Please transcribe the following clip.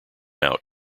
out